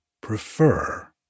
prefer